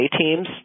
teams